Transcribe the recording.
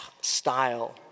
style